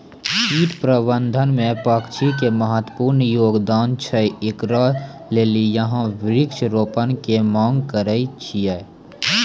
कीट प्रबंधन मे पक्षी के महत्वपूर्ण योगदान छैय, इकरे लेली यहाँ वृक्ष रोपण के मांग करेय छैय?